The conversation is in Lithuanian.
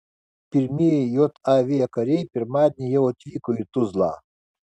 pirmieji jav kariai pirmadienį jau atvyko į tuzlą